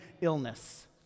illness